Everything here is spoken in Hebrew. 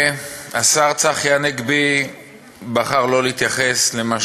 השר צחי הנגבי בחר לא להתייחס למה